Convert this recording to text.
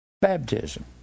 baptism